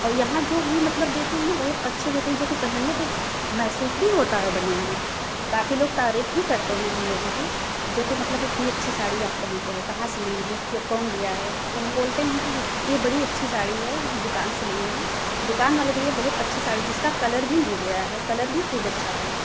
और यहाँ जो भी मतलब देते हैं न बहुत अच्छे देते हैं जो कि पहनने पर महसूस भी होता है बढ़िया हैं काफ़ी लोग तारीफ़ भी करते हैं हम लोगों की जो कि मतलब इतनी अच्छी साड़ी आप पहन के आए कहाँ से लिये हैं कौन दिया है तो हम बोलते हैं कि जे यह बड़ी अच्छी साड़ी है हम दुकान से लिए हैं दुकान वाले भैया बहुत अच्छी साड़ी जिसका कलर भी नहीं गया है कलर भी खूब अच्छा है